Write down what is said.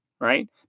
right